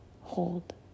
Hold